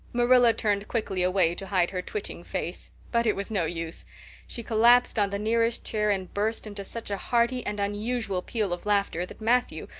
marilla turned quickly away to hide her twitching face but it was no use she collapsed on the nearest chair and burst into such a hearty and unusual peal of laughter that matthew,